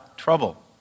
trouble